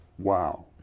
Wow